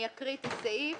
אני אקרא את הסעיף